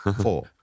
four